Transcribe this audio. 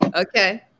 Okay